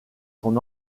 son